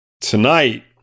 Tonight